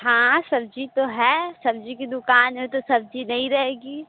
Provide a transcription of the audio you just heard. हाँ सब्जी तो है सब्जी की दुकान है तो सब्जी नहीं रहेगी